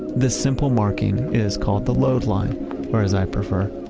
this simple marking is called the load line or, as i prefer,